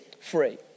free